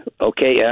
Okay